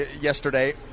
yesterday